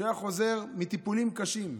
שהיה חוזר מטיפולים קשים,